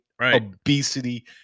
obesity